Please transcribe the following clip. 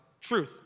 truth